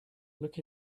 look